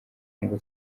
ngo